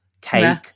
cake